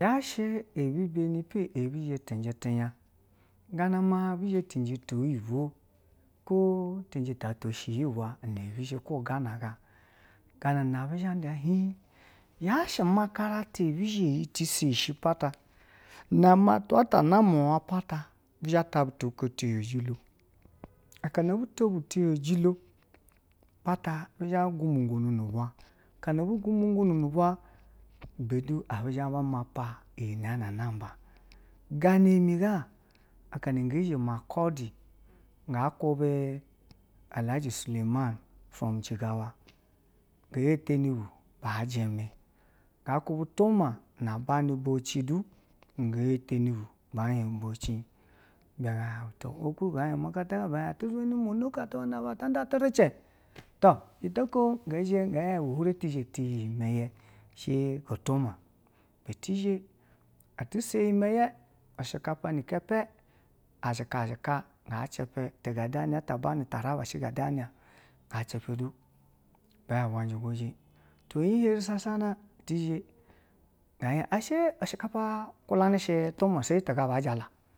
gana ma bi zhe cenje to oyibwu kwo cenje atwa ishi yi bwa na bu zhi ko gana ga, ganana abuzha ba hin, yashi omakarata bizhe iyi tu se shi abata na me twa na na wa pata, bizha ta bi tu oko tiyejilo, akana abite bu tiyejilo pata bo gumo gu nu nu ib wa, ibe tu abi zhe ba mapa iyi na naba, gana ni ga, akana ge zhe makadu ga kuba alhaji suleiman from jigawa, ngan hete nu bu ba jime, ga bi to ma na ba nu bouchi tu ge hete nu bu hwan oku, omono oko ata nda tirace, to jita uko ga zha ngan hien wure tiya iyemeye shi go toma iti zhe, iti se iyemeye shikapa nu kepe zika zika ga jipe tu ba hien ibwa jigwoje, to zhe sha sha na ti zhe ishi kapa kwulana toma ga bajala.